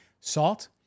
salt